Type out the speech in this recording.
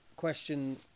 question